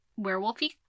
werewolfy